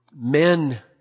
Men